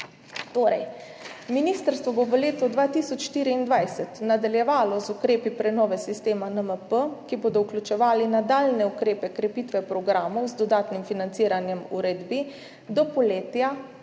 Ministrstvo bo v letu 2024 nadaljevalo z ukrepi prenove sistema NMP, ki bodo vključevali nadaljnje ukrepe krepitve programov z dodatnim financiranjem, uredbi, do poletja